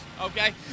Okay